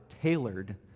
tailored